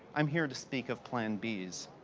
i'm here to speak of plan bs.